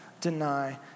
deny